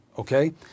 Okay